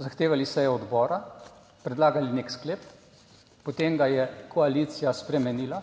zahtevali sejo odbora, predlagali nek sklep, potem ga je koalicija spremenila,